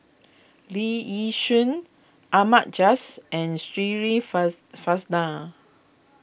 Lee Yi Shyan Ahmad Jais and Shirin Fozdar